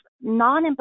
non